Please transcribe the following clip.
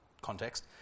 context